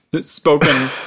Spoken